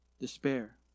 despair